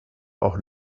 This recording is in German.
auch